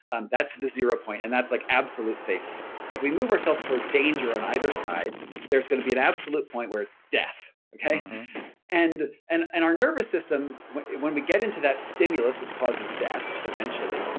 and that's the zero point and that's like absolute safety and if we move ourselves towards danger on either side there's going to be an absolute point where it's death. and and and our nervous system, when when we get into that stimulus which causes death eventually,